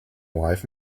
wife